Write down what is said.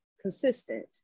consistent